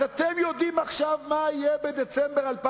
אז אתם יודעים עכשיו מה יהיה בדצמבר 2010?